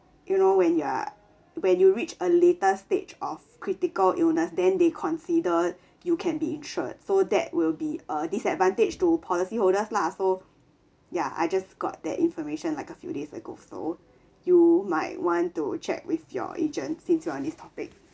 you know when you're when you reach a later stage of critical illnesses then they considered you can be insured so that will be a disadvantage to policyholders lah so ya I just got that information like a few days ago so you might want to check with your agent since you on this topic